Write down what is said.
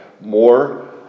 more